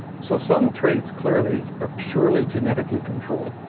so some traits clearly are purely genetically controlled.